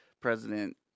president